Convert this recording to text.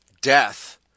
death